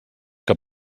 que